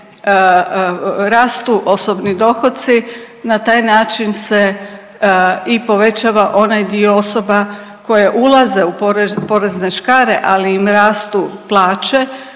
rastu osobni dohoci na taj način se i povećava onaj dio osoba koje ulaze u porezne škare, ali im rastu plaće.